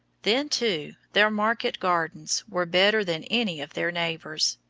then, too, their market-gardens were better than any of their neighbours.